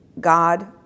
God